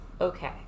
Okay